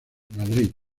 madrid